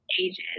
ages